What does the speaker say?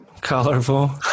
Colorful